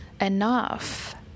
enough